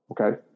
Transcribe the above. okay